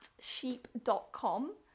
sheep.com